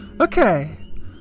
Okay